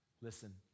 Listen